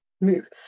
move